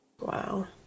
Wow